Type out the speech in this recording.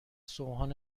سوهان